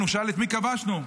את מי כבשנו?